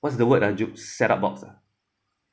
what's the word ah zuff set up box ah